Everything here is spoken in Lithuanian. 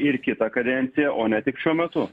ir kitą kadenciją o ne tik šiuo metu